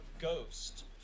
ghost